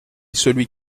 celui